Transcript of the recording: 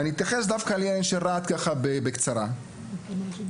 ואני אתייחס לזה בקצרה בהקשר לעיר רהט.